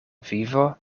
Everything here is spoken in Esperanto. vivo